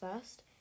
first